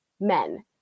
men